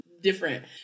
different